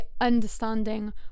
understanding